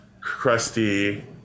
crusty